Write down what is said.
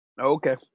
Okay